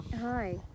Hi